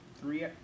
three